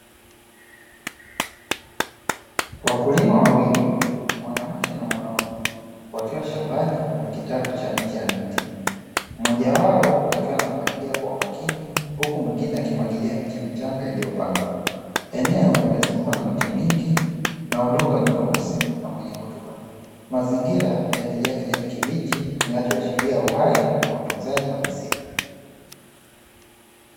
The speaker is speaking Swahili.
Wakulima wawili mwanamke na mwanaume wakiwa shambani kwenye kitalu cha miche ya miti, mmoja wao akiwa anapalilia kwa umakini uku mwinguine akimwagilia miche michanga iliyopandwa. Eneo limezungukwa na miti mingi na udongo mweusi na wenye rutuba, mazingira yamejaa kijani kibichi kinachoashiria uhai na utunzaji wa miti na misitu.